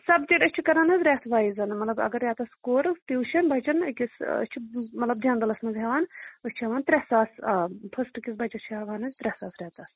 subject أسۍ چھِ کَران حظ رٮ۪تھ وایز مطلب اگر رٮ۪تَس کوٚر ٹیٛوٗشَن بَچَن أکِس أسۍ چھِ مطلب جنٛرَلَس منٛز ہٮ۪وان أسۍ چھِ ہٮ۪وان ترٛےٚ ساس آ فٔسٹہٕ أکِس بَچَس چھِ ہٮ۪وان حظ ترٛےٚ ساس رٮ۪تَس